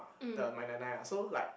uh the my 奶奶 ah so like